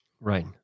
Right